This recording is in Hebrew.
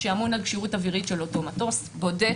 שאמון על כשירות אווירית של אותו מטוס, בודק,